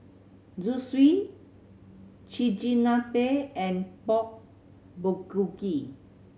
Zosui Chigenabe and Pork Bulgogi